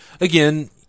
Again